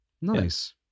Nice